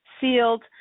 sealed